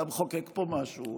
אתה מחוקק פה משהו.